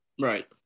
Right